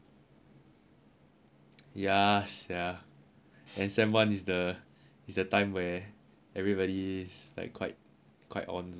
ya sia and sem one is the is the time where everybody is quite quite onz